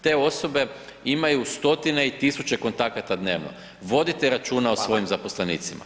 Te osobe imaju stotine i tisuće kontakata dnevno, vodite računa o svojim zaposlenicima.